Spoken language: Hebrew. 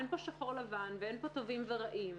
אין פה שחור-לבן ואין פה טובים ורעים,